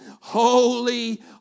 holy